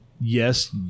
Yes